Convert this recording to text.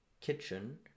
kitchen